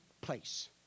place